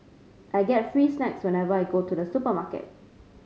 I get free snacks whenever I go to the supermarket